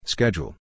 Schedule